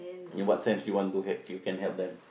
in what sense you want to help you can help them